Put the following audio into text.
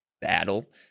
battle